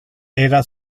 era